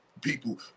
people